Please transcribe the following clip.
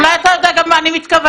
אולי אתה יודע גם מה אני מתכוונת?